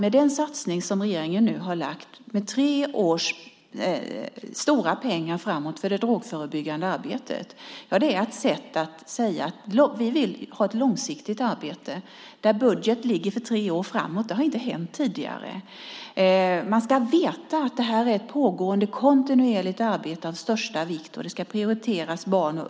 Den satsning som regeringen nu har lagt fram med stora pengar i tre år för det drogförebyggande arbetet är ett sätt att säga att vi vill ha ett långsiktigt arbete där budget ligger för tre år framåt. Det har inte hänt tidigare. Man ska veta att detta är ett pågående kontinuerligt arbete av största vikt, och barn och unga ska prioriteras i det arbetet.